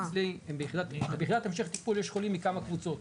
ביחידת המשך טיפול יש חולים מכמה קבוצות,